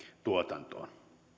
tuotantoon